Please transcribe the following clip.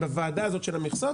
בוועדה של המכסות,